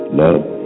love